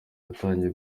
yatangiye